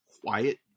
quiet